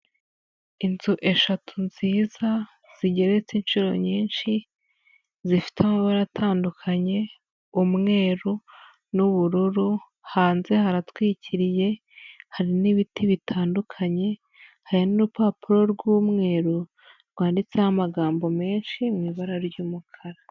Inzu eshatu nziza zigeretse inshuro nyinshi, zifite amabara atandukanye, umweru n'ubururu, hanze haratwikiriye, hari n'ibiti bitandukanye, hari n'urupapuro rw'umweru, rwanditseho amagambo menshi mu ibara ry'umukara.